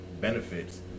benefits